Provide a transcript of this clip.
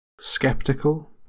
Skeptical